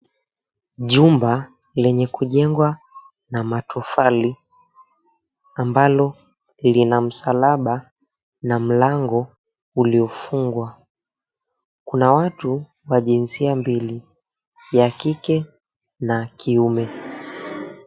Jumba lenye kujengwa na matofali ambalo lina msalaba na mlango uliofungwa. Kuna watu wa jinsia mbili, ya kike na kiume.